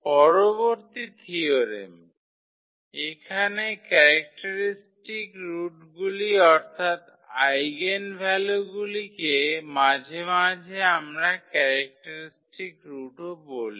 পরবর্তী থীয়োরেম এখানে ক্যারেক্টারিস্টিক রুটগুলি অর্থাৎ আইগেনভ্যালুগুলিকে মাঝে মাঝে আমরা ক্যারেক্টারিস্টিক রুটও বলি